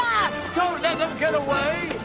so and them get away.